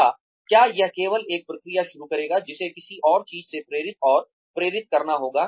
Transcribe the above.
या क्या यह केवल एक प्रक्रिया शुरू करेगा जिसे किसी और चीज़ से प्रेरित और प्रेरित करना होगा